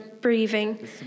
breathing